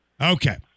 Okay